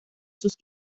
sus